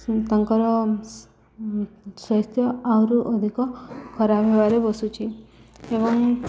ତାଙ୍କର ସ୍ୱାସ୍ଥ୍ୟ ଆହୁରି ଅଧିକ ଖରାପ ହେବାରେ ବସୁଛିି ଏବଂ